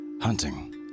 Hunting